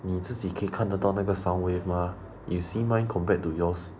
你自己可以看得到那个 sound waves mah you see mine compared to yours